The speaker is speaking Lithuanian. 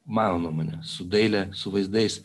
mano nuomone su daile su vaizdais